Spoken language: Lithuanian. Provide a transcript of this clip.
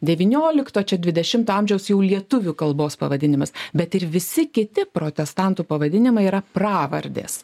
devyniolikto čia dvidešimto amžiaus jau lietuvių kalbos pavadinimas bet ir visi kiti protestantų pavadinimai yra pravardės